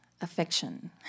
Affection